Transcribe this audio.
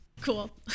cool